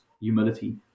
humility